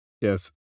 yes